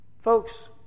Folks